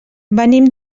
venim